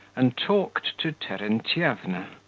and talked to terentyevna.